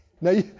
Now